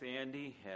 Andy